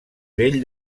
vell